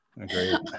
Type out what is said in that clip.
Agreed